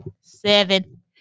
Seven